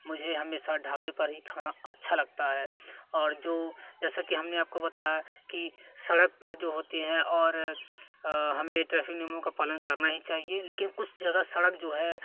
मुझे हमेशा ढाबे पर ही खाना अच्छा लगता है और जो जैसे कि हमने आपको बताया कि सड़क पर जो होती हैं और हमें ट्रैफिक नियमों का पालन करना ही चाहिए लेकिन कुछ जगह सड़क जो है